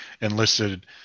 enlisted